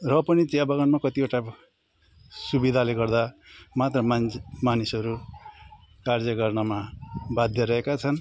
र पनि चियाबगानमा कतिवटा सुविधाले गर्दा मात्र मान्छे मानिसहरू कार्य गर्नमा बाध्य रहेका छन्